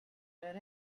man